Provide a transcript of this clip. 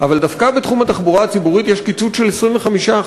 אבל דווקא בתחום התחבורה הציבורית יש קיצוץ של 25%,